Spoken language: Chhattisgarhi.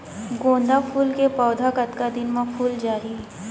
गेंदा फूल के पौधा कतका दिन मा फुल जाही?